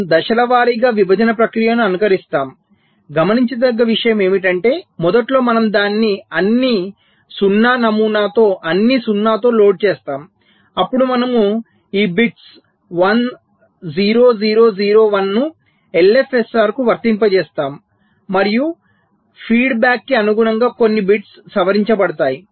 మనము దశల వారీగా విభజన ప్రక్రియను అనుకరిస్తాము గమనించదగ్గ విషయం ఏమిటంటే మొదట్లో మనం దానిని అన్ని 0 నమూనాతో అన్ని 0 తో లోడ్ చేస్తాము అప్పుడు మనము ఈ బిట్స్ 1 0 0 0 1 ను LFSR కు వర్తింపజేస్తాము మరియు ఫీడ్బ్యాక్ కి అనుగుణంగా కొన్ని బిట్స్ సవరించబడతాయి